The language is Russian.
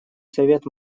совет